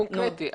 קונקרטי,